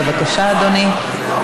בבקשה, אדוני.